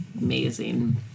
amazing